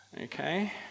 Okay